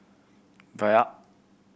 Bia